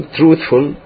truthful